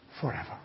forever